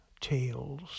Tales